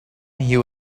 you